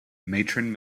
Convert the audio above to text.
matron